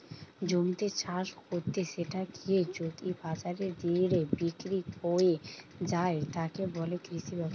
জমিতে চাষ কত্তে সেটাকে যদি বাজারের দরে বিক্রি কত্তে যায়, তাকে বলে কৃষি ব্যবসা